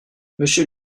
monsieur